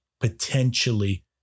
potentially